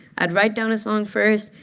i'd write down a song first,